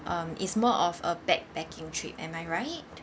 um it's more of a backpacking trip am I right